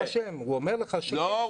הוא אומר לך ש- -- לא,